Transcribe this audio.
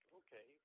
okay